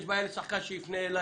אם יש בעיה עם שחקן שיפנה אלי.